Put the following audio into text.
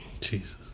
Jesus